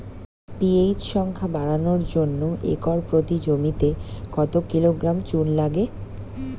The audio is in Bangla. পি.এইচ সংখ্যা বাড়ানোর জন্য একর প্রতি জমিতে কত কিলোগ্রাম চুন লাগে?